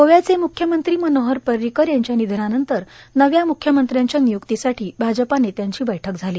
गोव्याचे म्ख्यमंत्री मनोहर परिकर यांच्या निधनानंतर नव्या म्ख्यमंत्र्यांच्या निय्क्तीसाठी भाजपा नेत्यांची बैठक झाली